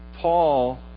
Paul